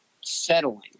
settling